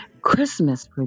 Christmas